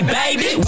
baby